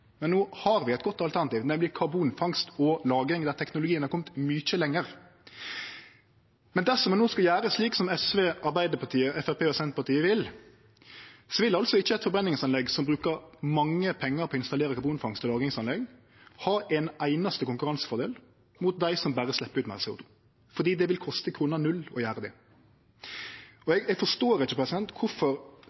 men no har vi eit godt alternativ, nemleg karbonfangst og -lagring, der teknologien har kome mykje lenger. Dersom vi no skulle gjere det slik som SV, Arbeidarpartiet, Framstegspartiet og Senterpartiet vil, ville ikkje eit forbrenningsanlegg som bruker mange pengar på å installere karbonfangst og -lagringsanlegg, ha ein einaste konkurransefordel mot dei som berre slepper ut meir CO 2 fordi det vil koste kr 0 å gjere det. Eg forstår ikkje kvifor dei meiner det er ein fornuftig politikk. Eg kjem ikkje